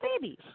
babies